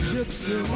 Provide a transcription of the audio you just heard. Gypsy